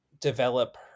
develop